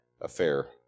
affair